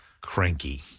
cranky